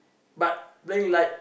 but playing like